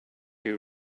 you